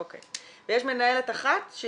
אוקי, ויש מנהלת אחת?